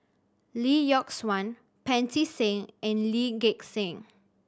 Lee Yock Suan Pancy Seng and Lee Gek Seng